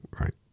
Right